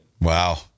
Wow